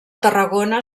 tarragona